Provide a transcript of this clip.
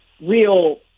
real